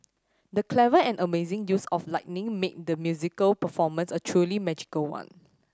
the clever and amazing use of lighting made the musical performance a truly magical one